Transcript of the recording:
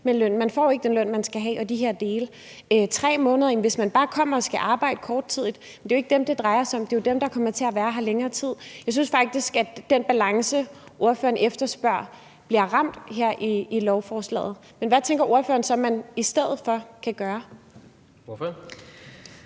– man får ikke den løn, man skal have, og de her dele, 3 måneder – hvis man bare kommer og skal arbejde i kort tid. Det er jo ikke dem, det drejer sig om; det drejer sig om dem, der skal være her i længere tid. Jeg synes faktisk, at den balance, ordføreren efterspørger, bliver ramt her i lovforslaget. Men hvad tænker ordføreren så man kan gøre i stedet for? Kl. 16:40 Tredje